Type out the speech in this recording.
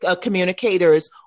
communicators